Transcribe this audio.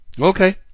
okay